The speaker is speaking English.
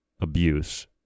abuse